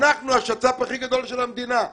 אנחנו השצ"פ הכי גדול של המדינה.